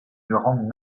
reont